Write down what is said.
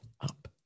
up